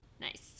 Nice